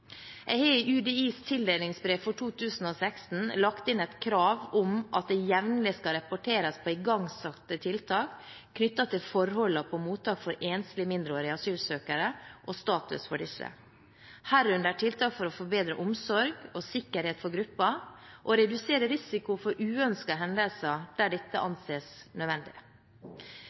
Jeg har i UDIs tildelingsbrev for 2016 lagt inn et krav om at det jevnlig skal rapporteres på igangsatte tiltak knyttet til forholdene på mottak for enslige mindreårige asylsøkere og status for disse, herunder tiltak for å få bedre omsorg og sikkerhet for gruppen og redusere risiko for uønskete hendelser der dette anses nødvendig.